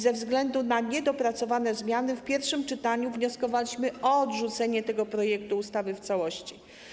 Ze względu na niedopracowane zmiany w pierwszym czytaniu wnioskowaliśmy o odrzucenie tego projektu ustawy w całości.